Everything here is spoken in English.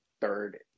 third